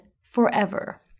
forever